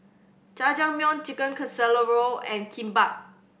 Jajangmyeon Chicken Casserole and Kimbap